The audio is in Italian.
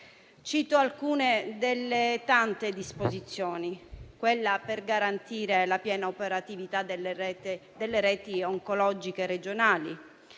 Cito alcune delle tante disposizioni, cominciando da quella per garantire la piena operatività delle reti oncologiche regionali,